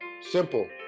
Simple